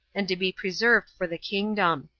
and to be preserved for the kingdom.